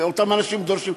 ואותם אנשים דורשים,